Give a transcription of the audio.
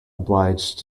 obliged